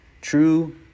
true